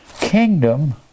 kingdom